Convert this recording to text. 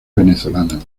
venezolana